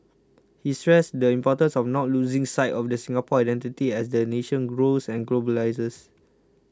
he stresses the importance of not losing sight of the Singapore identity as the nation grows and globalises